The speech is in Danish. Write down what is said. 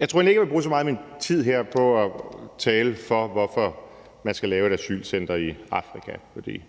egentlig ikke, jeg vil bruge så meget min tid her på at tale for, hvorfor man skal lave et asylcenter i Afrika, for jeg